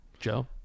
Joe